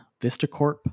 Vistacorp